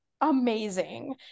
amazing